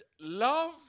love